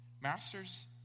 Masters